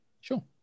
sure